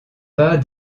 pas